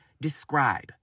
describe